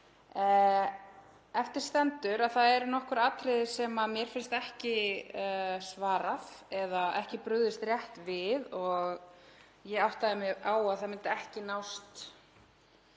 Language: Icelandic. eftir stendur að það eru nokkur atriði sem mér finnst ekki svarað eða ekki brugðist rétt við. Ég áttaði mig á að það myndi ekki nást